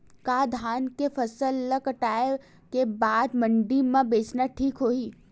का धान के फसल ल कटाई के बाद मंडी म बेचना ठीक होही?